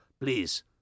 Please